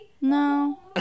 No